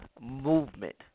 movement